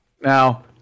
Now